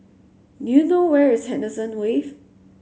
do you know where is Henderson Wave